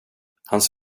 hans